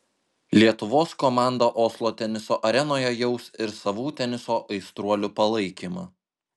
lietuvos komandą oslo teniso arenoje jaus ir savų teniso aistruolių palaikymą